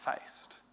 faced